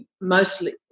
mostly